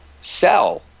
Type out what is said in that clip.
sell